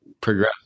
progress